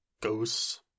ghosts